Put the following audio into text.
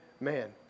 man